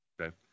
Okay